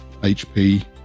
HP